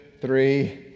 three